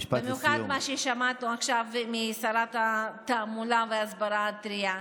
במיוחד מה ששמענו עכשיו משרת התעמולה וההסברה הטרייה,